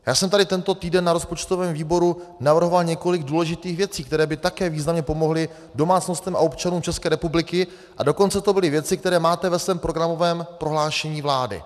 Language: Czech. Já jsem tady tento týden na rozpočtovém výboru navrhoval několik důležitých věcí, které by také významně pomohly domácnostem a občanům České republiky, a dokonce to byly věci, které máte ve svém programovém prohlášení vlády.